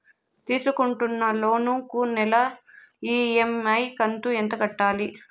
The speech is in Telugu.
తీసుకుంటున్న లోను కు నెల ఇ.ఎం.ఐ కంతు ఎంత కట్టాలి?